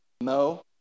No